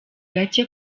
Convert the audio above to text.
gake